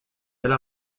elle